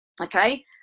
okay